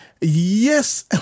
Yes